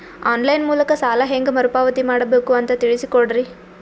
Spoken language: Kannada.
ಆನ್ ಲೈನ್ ಮೂಲಕ ಸಾಲ ಹೇಂಗ ಮರುಪಾವತಿ ಮಾಡಬೇಕು ಅಂತ ತಿಳಿಸ ಕೊಡರಿ?